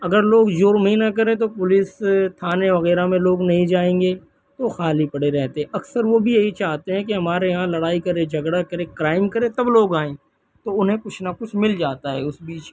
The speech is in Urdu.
اگر لوگ جرم ہی نہ کریں تو پولیس تھانے وغیرہ میں لوگ نہیں جائیں گے وہ خالی پڑے رہتے اکثر وہ بھی یہی چاہتے ہیں کہ ہمارے یہاں لڑائی کرے جھگڑا کرے کرائم کرے تب لوگ آئیں تو انہیں کچھ نہ کچھ مل جاتا ہے اس بیچ